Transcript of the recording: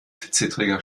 zittriger